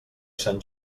sant